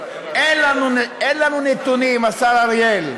אין לנו נתונים, השר אריאל,